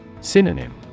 Synonym